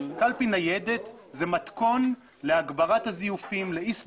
קלפי ניידת זה מתכון להגברת הזיופים, לאי סדרים,